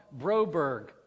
Broberg